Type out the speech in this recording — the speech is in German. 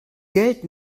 geld